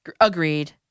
Agreed